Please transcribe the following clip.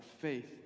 faith